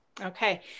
okay